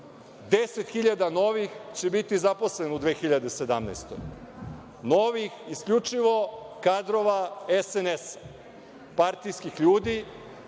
10.000 novih će biti zaposleno u 2017. godini, novih isključivo kadrova SNS, partijskih ljudi,